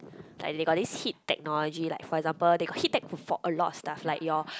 like they got this heat technology like for example they got heat tech for a lot of stuff like your